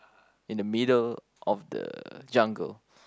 in the middle of the jungle